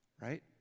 Right